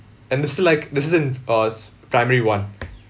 and this is like this is in uh s~ primary one